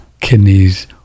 kidneys